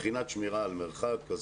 מבחינת שמירה על מרחק.